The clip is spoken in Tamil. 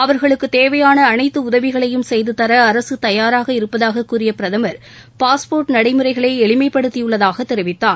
அவர்களுக்கு தேவையான அனைத்து உதவிகளையும் செய்து தர அரசு தயாராக இருப்பதாக கூறிய பிரதமர் பாஸ்போர்ட் நடைமுறைகளை எளிமைப்படுத்தியுள்ளதாக தெரிவித்தார்